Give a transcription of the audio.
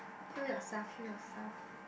kill yourself kill yourself